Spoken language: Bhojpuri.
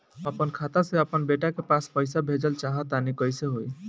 हम आपन खाता से आपन बेटा के पास पईसा भेजल चाह तानि कइसे होई?